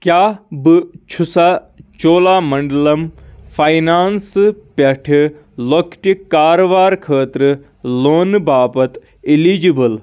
کیاہ بہٕ چھُسا چولا منڈٕلَم فاینانسہٕ پٮ۪ٹھٕ لۄکٹہِ کارٕوارٕ خٲطرٕ لونہٕ باپتھ اِلیٖجیبٕل